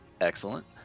Excellent